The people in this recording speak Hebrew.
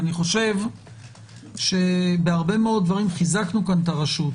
אני חושב שבהרבה מאוד דברים חיזקנו כאן את הרשות.